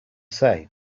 say